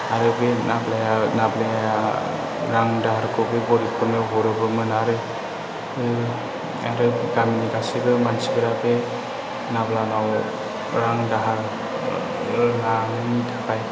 आरो बे नाब्लाया नाब्लाया रां दाहारखौबो गोरिबफोरनो हरोबोमोन आरो आरो गामिनि गासैबो मानसिफोरा बे नाब्लानाव रां दाहार लानायनि थाखाय